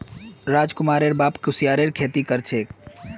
राजकुमारेर बाप कुस्यारेर खेती कर छे